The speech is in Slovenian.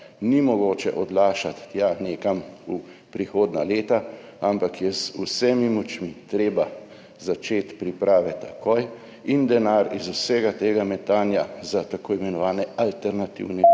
ni mogoče odlašati tja nekam v prihodnja leta, ampak je z vsemi močmi treba začeti priprave takoj in denar iz vsega tega metanja skozi okno za tako imenovane alternativne vire